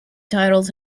titles